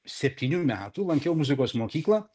septynių metų lankiau muzikos mokyklą